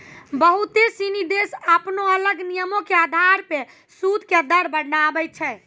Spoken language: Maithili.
बहुते सिनी देश अपनो अलग नियमो के अधार पे सूद के दर बनाबै छै